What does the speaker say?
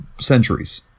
centuries